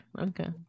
okay